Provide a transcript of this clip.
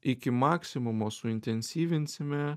iki maksimumo suintensyvinsime